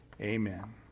amen